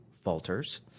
falters